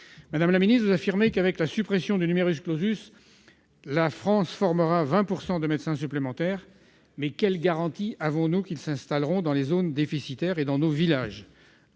Madame la ministre, vous affirmez qu'avec la suppression du la France formera 20 % de médecins supplémentaires. Mais quelle garantie avons-nous qu'ils s'installeront dans les zones déficitaires et dans nos villages ?